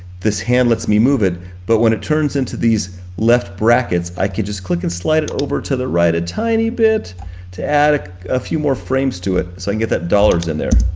this hand lets me move it but when it turns into the left brackets, i could just click and slide it over to the right a tiny bit to add a few more frames to it so i get that dollars in there.